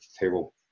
table